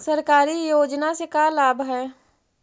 सरकारी योजना से का लाभ है?